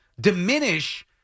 diminish